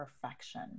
perfection